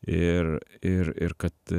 ir ir ir kad